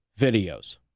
videos